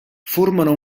formano